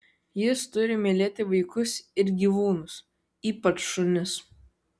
jis turi mylėti vaikus ir gyvūnus ypač šunis